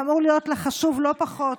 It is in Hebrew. שאמור להיות חשוב לך לא פחות,